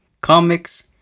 comics